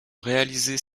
réaliser